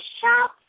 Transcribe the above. shop